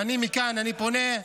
ומכאן אני פונה: